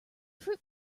fruit